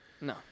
no